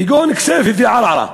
כגון בכסייפה וערערה,